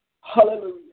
Hallelujah